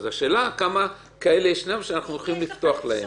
אז השאלה היא כמה כאלה ישנם שאנחנו הולכים לפתוח להם.